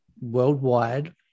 worldwide